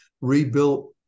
rebuilt